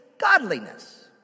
godliness